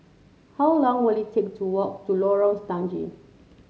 how long will it take to walk to Lorong Stangee